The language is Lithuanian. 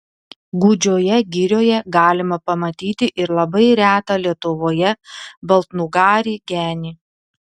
gūdžioje girioje galima pamatyti ir labai retą lietuvoje baltnugarį genį